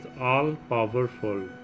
all-powerful